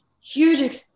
huge